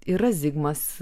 yra zigmas